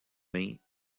mains